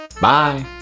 Bye